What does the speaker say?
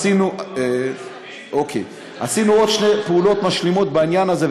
עשינו עוד שתי פעולות משלימות בעניין הזה,